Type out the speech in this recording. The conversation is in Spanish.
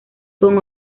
con